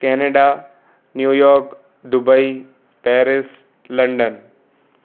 Canada New York Dubai Paris London